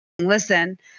listen